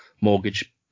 mortgage